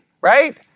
right